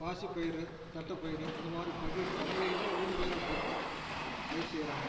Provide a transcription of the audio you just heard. பாசிப்பயிர் தட்டப்பயிர் இந்தமாதிரி பங்குக்கு கடலையில் ஊடு பயிராக போட்டு பயிர் செய்யறாங்க